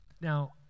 Now